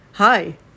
Hi